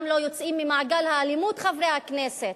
גם לא יוצאים ממעגל האלימות, חברי הכנסת,